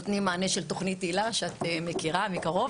נותנים מענה של תוכנית הילה שאת מכירה מקרוב,